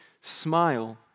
smile